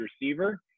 receiver